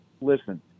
listen